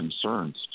concerns